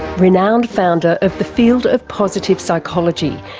renowned founder of the field of positive psychology,